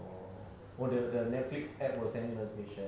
oh what the netflix app will send you notification